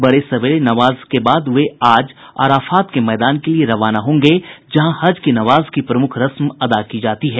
बड़े सवेरे नमाज के बाद वे आज अराफात के मैदान के लिए रवाना होंगे जहां हज की नमाज की प्रमुख रस्म अदा की जाती है